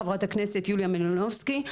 חברת הכנסת יוליה מלינובסקי,